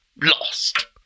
lost